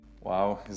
Wow